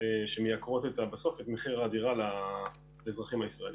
שמייקרות בסוף את מחיר הדירה לאזרחים הישראלים.